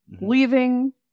leaving